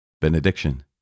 Benediction